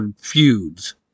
feuds